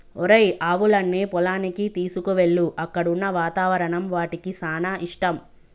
ఒరేయ్ ఆవులన్నీ పొలానికి తీసుకువెళ్ళు అక్కడున్న వాతావరణం వాటికి సానా ఇష్టం